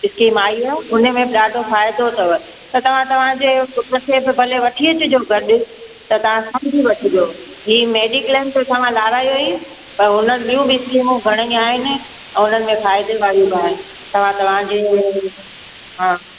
scheme आई आहे उनमें बि ॾाढो फ़ाइदो अथव त तव्हां तव्हांजे पुट खे भले वठी अचिजो गॾु त तव्हां सम्झी वठिजो ही मेदीक्लेम त तव्हां लाराहियो ई त हुन ॿियूं बि स्कीमूं घणेई आहिनि ऐं उन्हनि में फ़ाइदे वारियूं बि आहिनि तव्हां तव्हांजी हा